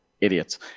Idiots